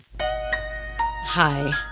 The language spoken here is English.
Hi